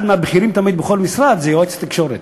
תמיד אחד הבכירים בכל משרד הוא יועץ תקשורת,